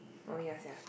oh ya sia